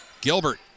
Gilbert